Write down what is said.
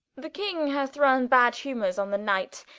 the king hath run bad humors on the knight,